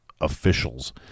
officials